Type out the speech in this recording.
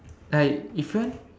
like if you want